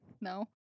No